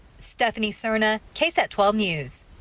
stephanie serna ksat twelve news.